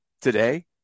today